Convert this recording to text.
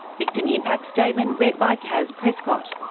victim impact statement read by caz prescott,